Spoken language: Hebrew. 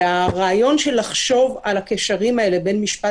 והרעיון של לחשוב על הקשרים האלה בין משפט